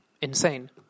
insane